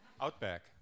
Outback